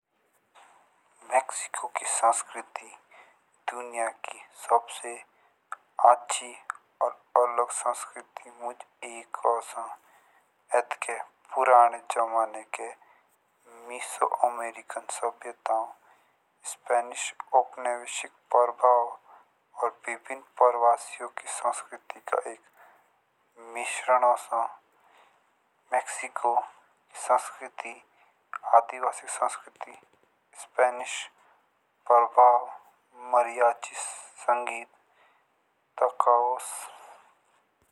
मेक्सिको की संस्कृति दुनिया की सबसे अच्छी और अलग संस्कृति मुझ आउंसो अटके पुराने जमाने के मेसो अमेरिकन सभ्यताओं स्पैनिश उपनिवेशवाद प्रभाव और विभिन्न प्रवासियों की संस्कृति एक मिश्रण ओशो मेक्सिको की संस्कृति आदिवासी संस्कृति और स्पैनिश मरिआची संगीत।